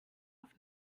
auf